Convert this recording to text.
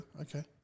okay